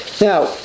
Now